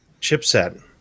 chipset